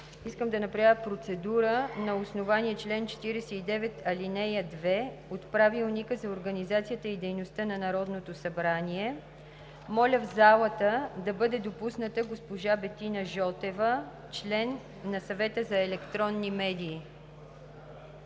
Искам да направя процедура на основание чл. 49, ал. 2 от Правилника за организацията и дейността на Народното събрание. Моля в залата да бъде допусната госпожа Бетина Жотева – член на Съвета за електронни медии.